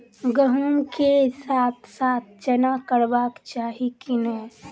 गहुम केँ साथ साथ चना करबाक चाहि की नै?